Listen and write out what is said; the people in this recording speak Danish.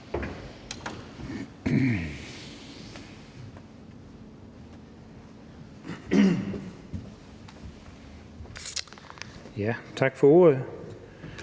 dag. Tak for ordet.